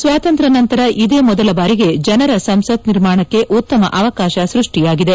ಸ್ಲಾತಂತ್ರ್ ನಂತರ ಇದೇ ಮೊದಲ ಬಾರಿಗೆ ಜನರ ಸಂಸತ್ ನಿರ್ಮಾಣಕ್ಕೆ ಉತ್ತಮ ಅವಕಾಶ ಸೃಷ್ಷಿಯಾಗಿದೆ